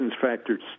factors